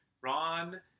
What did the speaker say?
Ron